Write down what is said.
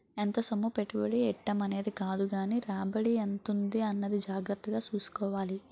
ఎంత సొమ్ము పెట్టుబడి ఎట్టేం అన్నది కాదుగానీ రాబడి ఎంతుంది అన్నది జాగ్రత్తగా సూసుకోవాలి